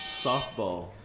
Softball